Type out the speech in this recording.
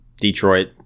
Detroit